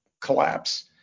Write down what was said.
collapse